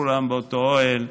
כולם באותו אוהל.